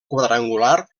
quadrangular